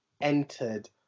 entered